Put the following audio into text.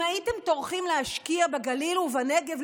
אם הייתם טורחים להשקיע בגליל ובנגב,